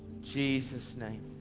jesus name.